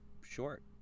short